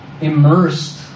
immersed